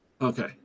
Okay